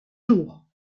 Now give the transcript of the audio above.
jours